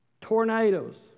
Tornadoes